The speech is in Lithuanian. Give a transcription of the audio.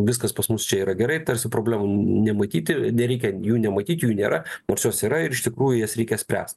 viskas pas mus čia yra gerai tarsi problemų nematyti nereikia jų nematyt jų nėra nors jos yra ir iš tikrųjų jas reikia spręst